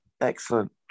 Excellent